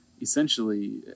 essentially